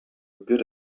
good